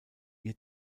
ihr